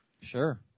Sure